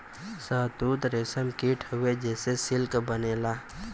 शहतूत रेशम कीट हउवे जेसे सिल्क बनेला